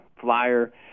flyer